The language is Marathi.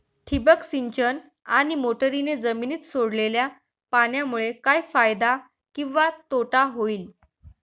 ठिबक सिंचन आणि मोटरीने जमिनीत सोडलेल्या पाण्यामुळे काय फायदा किंवा तोटा होईल?